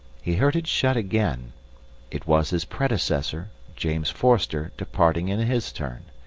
he heard it shut again it was his predecessor, james forster, departing in his turn.